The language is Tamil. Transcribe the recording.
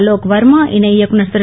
அலோக் வர்மா இணை இயக்குநர் திரு